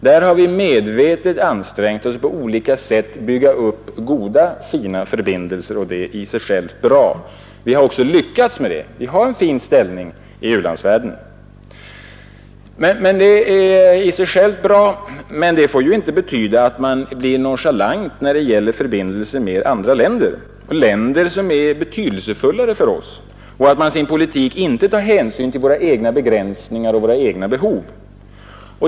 Där har vi medvetet ansträngt oss för att på olika sätt bygga upp goda och fina förbindelser. Vi har lyckats därmed och vi har en fin ställning i u-landsvärlden. Det är i sig självt bra, men det får inte betyda att man blir nonchalant när det gäller förbindelserna med andra länder, som är betydelsefulla för oss, och att man i sin politik inte tar hänsyn till våra egna begränsningar och behov.